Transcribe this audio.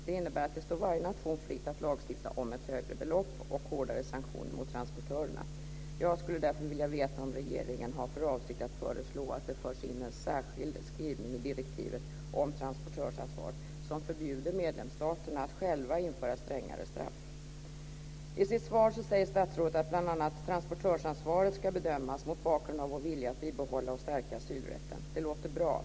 Det innebär att det står varje nation fritt att lagstifta om ett högre belopp och hårdare sanktioner mot transportörerna. Jag skulle därför vilja veta om regeringen har för avsikt att föreslå att det förs in en särskild skrivning i direktivet om transportörsansvar som förbjuder medlemsstaterna att själva införa strängare straff. I sitt svar säger statsrådet bl.a. att transportörsansvaret ska bedömas mot bakgrund av vår vilja att bibehålla och stärka asylrätten. Det låter bra.